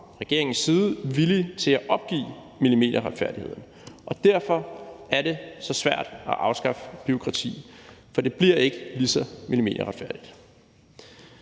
regeringens side villig til at opgive millimeterretfærdigheden. Derfor er det så svært at afskaffe bureaukrati, for det bliver ikke lige så millimeterretfærdigt.